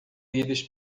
íris